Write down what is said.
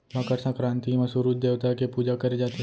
मकर संकरांति म सूरूज देवता के पूजा करे जाथे